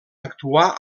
actuà